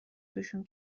توشون